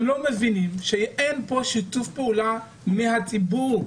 לא מבינים שאין כאן שיתוף פעולה מהציבור?